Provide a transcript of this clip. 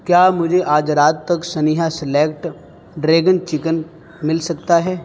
کیا مجھے آج رات تک سنیہا سلیکٹ ڈریگن چکن مل سکتا ہے